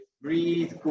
breathe